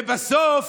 ובסוף